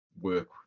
work